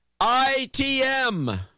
ITM